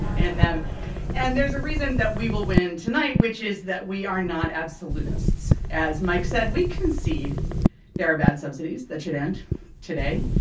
and then and there's a reason that we will win tonight, which is that we are not absolutists. as mike said, we concede there are bad subsidies that should end today.